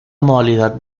modalidad